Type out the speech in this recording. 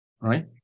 Right